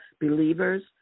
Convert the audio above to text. believers